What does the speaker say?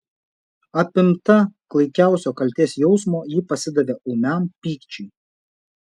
apimta klaikiausio kaltės jausmo ji pasidavė ūmiam pykčiui